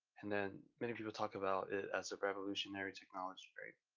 and then many people talk about it as a revolutionary technology right.